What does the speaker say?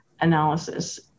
Analysis